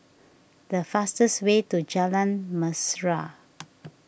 the fastest way to Jalan Mesra